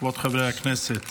כבוד חברי הכנסת,